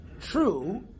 True